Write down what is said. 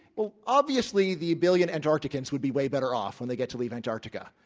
well, obviously, the billion antarcticans would be way better off when they get to leave antarctica.